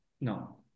no